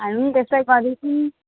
हामी पनि त्यस्तै गर्दैछौँ